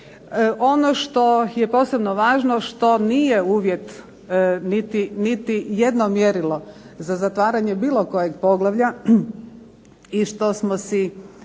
Ono što je posebno važno što nije uvjet niti jedno mjerilo za zatvaranje bilo kojeg poglavlja i što smo si